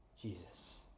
Jesus